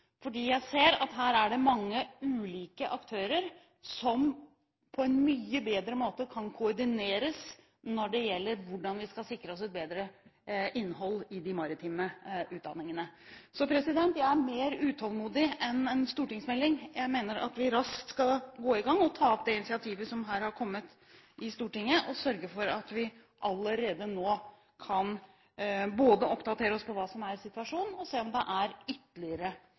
fordi jeg ser at her er det mange ulike aktører som på en mye bedre måte kan koordineres når det gjelder hvordan vi skal sikre et bedre innhold i de maritime utdanningene. Så jeg er mer utålmodig enn en stortingsmelding. Jeg mener at vi raskt skal gå i gang og ta opp det initiativet som her er kommet i Stortinget, og sørge for at vi allerede nå kan både oppdatere oss på hva som er situasjonen, og se om det er ytterligere